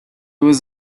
was